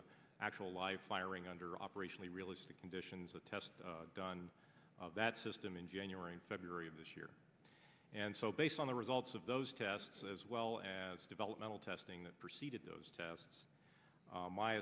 an actual live firing under operationally realistic conditions a test done of that system in january and february of this year and so based on the results of those tests as well as developmental testing that preceded those tests